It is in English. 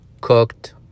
cooked